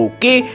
Okay